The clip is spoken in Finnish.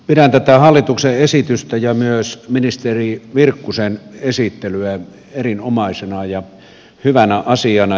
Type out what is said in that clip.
pidän tätä hallituksen esitystä ja myös ministeri virkkusen esittelyä erinomaisena ja hyvänä asiana